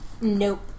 Nope